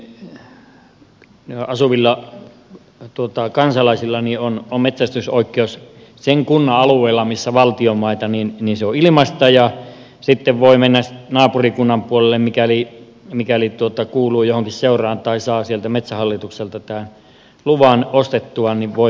kainuun ja pohjois suomen alueilla asuvilla kansalaisilla metsästysoikeus sen kunnan alueella missä on valtion maita on ilmaista ja sitten voi mennä metsälle naapurikunnan puolelle mikäli kuuluu johonkin seuraan tai saa sieltä metsähallitukselta luvan ostettua